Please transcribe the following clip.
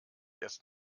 erst